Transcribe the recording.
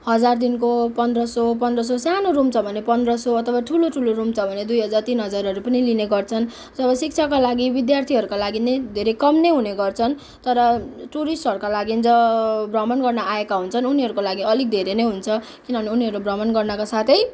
हजारदेखिको पन्ध्र सौ पन्ध्र सौ सानो रूम छ भने पन्ध्र सौ अथवा ठुलो ठु लो रुम छ भने दुई हजार तिन हजारहरू पनि लिने गर्छन् जब शिक्षाका लागि विद्यार्थीहरूका लागि नै धेरै कम नै हुने गर्छन् तर टुरिस्टहरूका लागि ज भ्रमण गर्न आएका हुन्छन् उनीहरूका लागि अलि धेरै नै हुन्छ किनभने उनीहरू भ्रमण गर्नका साथै